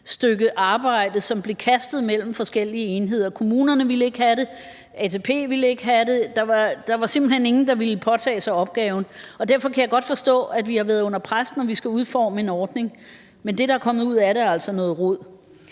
stykke arbejde, som blev kastet mellem forskellige enheder. Kommunerne ville ikke have det, ATP ville ikke have det. Der var simpelt hen ingen, der ville påtage sig opgaven, og derfor kan jeg godt forstå, at vi har været under pres, når vi skal udforme en ordning. Men det, der er kommet ud af det, er altså noget rod.